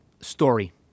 story